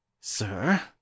Sir